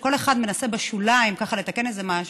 שכל אחד מנסה בשוליים לתקן משהו,